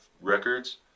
records